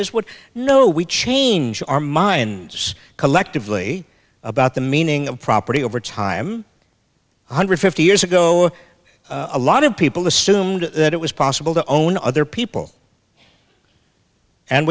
is what no we change our minds collectively about the meaning of property over time one hundred fifty years ago a lot of people assumed that it was possible to own other people and